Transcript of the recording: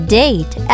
date